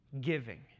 giving